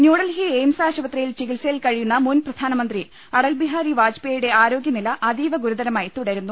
New Delhi AIIMS ആശുപത്രിയിൽ ചികിത്സയിൽ കഴി യുന്ന മുൻ പ്രധാനമന്ത്രി അടൽ ബിഹാരി വാജ്പേയിയുടെ ആരോഗ്യനില അതീവ ഗുരുതരമായി തുടരുന്നു